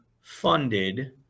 funded